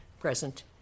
present